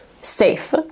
safe